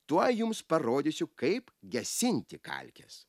tuoj jums parodysiu kaip gesinti kalkes